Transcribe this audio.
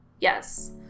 yes